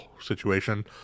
situation